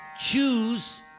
choose